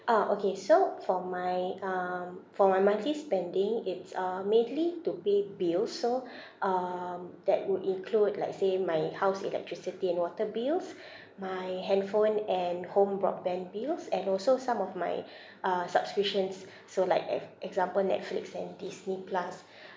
ah okay so for my um for my monthly spending it's um mainly to pay bills so um that would include like say my house electricity and water bills my handphone and home broadband bills and also some of my uh subscriptions so like ef~ example netflix and disney plus